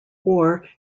war